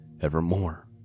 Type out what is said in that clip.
evermore